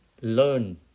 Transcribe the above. learn